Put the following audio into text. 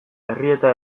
errieta